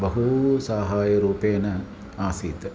बहु साहायरूपेण आसीत्